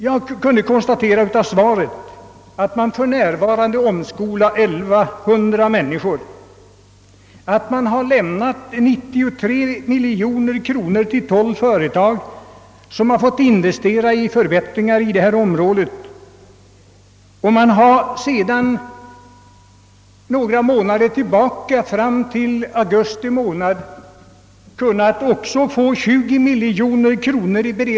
Jag kunde sålunda av svaret konstatera att man för närvarande har 1100 personer under omskolning; att 12 företag tillsammans fått ta i anspråk 93,5 miljoner kronor av investeringsfondsmedel att användas till förbättringar samt att igångsättning av beredskapsarbeten beviljats för en total kostnad av närmare 20 miljoner kronor.